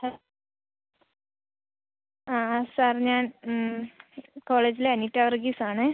hello ആ sir ഞാൻ മ്മ് കോളേജിലെ അനീറ്റ വർഗീസ് ആണേ